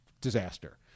disaster